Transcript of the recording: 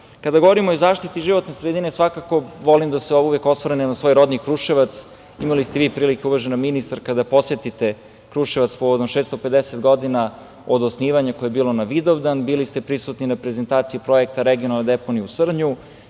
govorimo o zaštiti životne sredine, svakako volim da se uvek osvrnem na svoj rodni Kruševac. Imali ste i vi prilike, uvažena ministarka, da posetite Kruševac povodom 650 godina od osnivanja, koje je bilo na Vidovdan. Bili ste prisutni na prezentaciji projekta „Regionalna deponija u Srnju“.